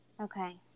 Okay